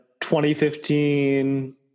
2015